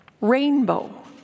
rainbow